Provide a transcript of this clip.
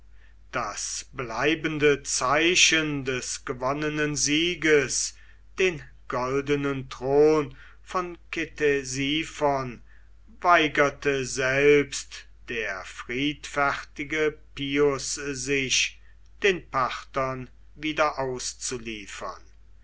das bleibende zeichen des gewonnenen sieges den goldenen thron von ktesiphon weigerte selbst der friedfertige plus sich den parthern wieder auszuliefern